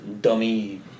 dummy